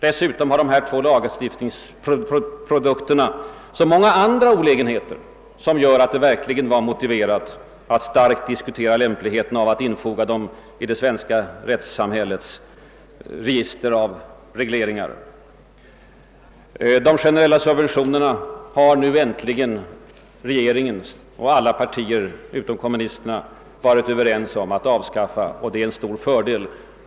Dessutom har de två lagarna så många andra olägenheter att det verkligen fanns starka motiv för att motsätta sig att de infogades bland det svenska rättssamhällets regleringar. De generella subventionerna har regeringen och alla partier utom kommunisterna äntligen kommit överens om att avskaffa. Det är en stor fördel.